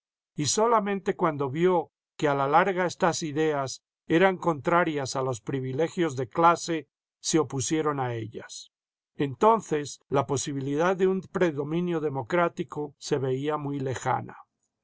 y solamente cuando vio que a la larga estas ideas eran contrarias a los privilegios de clase se opusieron a ellas entonces la posibilidad de un predominio democrático se veía muy lejana